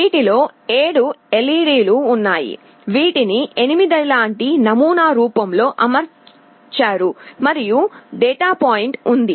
వీటిలో 7 ఎల్ఈడీలు ఉన్నాయి వీటిని 8 లాంటి నమూనా రూపంలో అమర్చారు మరియు డాట్ పాయింట్ ఉంది